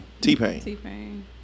t-pain